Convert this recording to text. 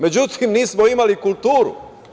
Međutim, nismo imali kulturu.